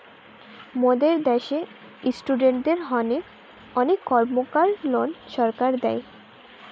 মোদের দ্যাশে ইস্টুডেন্টদের হোনে অনেক কর্মকার লোন সরকার দেয়